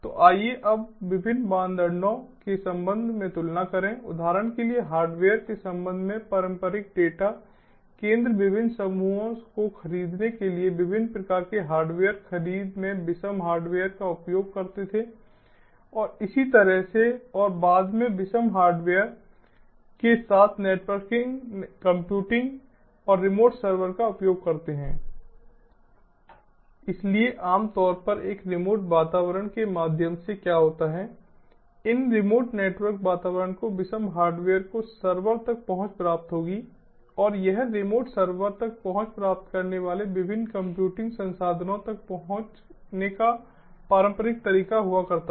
तो आइए अब विभिन्न मानदंडों के संबंध में तुलना करें उदाहरण के लिए हार्डवेयर के संबंध में पारंपरिक डेटा केंद्र विभिन्न समूहों को खरीदने के लिए विभिन्न प्रकार के हार्डवेयर खरीद में विषम हार्डवेयर का उपयोग करते थे और इसी तरह से और बाद में विषम हार्डवेयर के साथ नेटवर्क कंप्यूटिंग और रिमोट सर्वर का उपयोग करते हैं इसलिए आम तौर पर एक रिमोट वातावरण के माध्यम से क्या होता है इन रिमोट नेटवर्क वातावरण को विषम हार्डवेयर को सर्वर तक पहुंच प्राप्त होगी और यह रिमोट सर्वर तक पहुंच प्राप्त करने वाले विभिन्न कंप्यूटिंग संसाधनों तक पहुंचने का पारंपरिक तरीका हुआ करता था